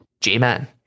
J-Man